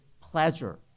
pleasure